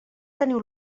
teniu